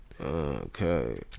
okay